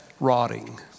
rotting